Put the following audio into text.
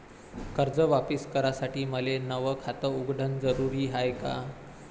कर्ज वापिस करासाठी मले नव खात उघडन जरुरी हाय का?